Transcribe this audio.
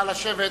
נא לשבת.